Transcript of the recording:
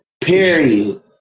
Period